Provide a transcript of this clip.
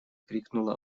крикнула